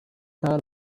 thought